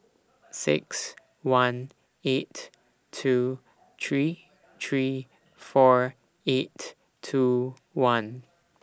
six one eight two three three four eight two one